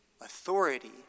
authority